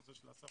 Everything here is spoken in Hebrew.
בנושא של השפה,